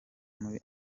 muri